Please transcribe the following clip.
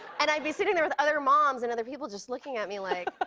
and i'd be sitting there with other moms, and other people just looking at me like.